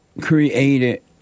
created